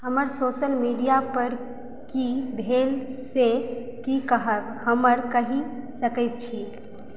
हमर सोशल मीडियापर की भेल से की कहब हमरा कहि सकैत छी